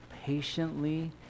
patiently